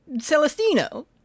Celestino